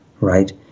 right